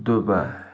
Dubai